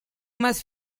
must